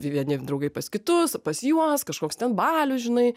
vieni draugai pas kitus pas juos kažkoks ten balius žinai